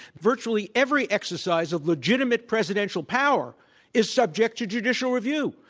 virtually every exercise of legitimate presidential power is subject to judicial review.